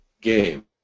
game